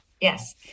Yes